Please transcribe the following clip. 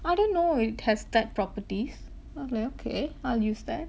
I didn't know it has that properties I was like okay I'll use that